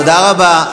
תודה רבה.